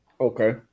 Okay